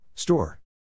Store